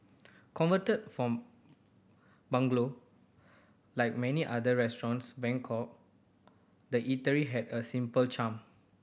converted from bungalow like many other restaurants Bangkok the eatery had a simple charm